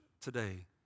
today